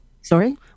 sorry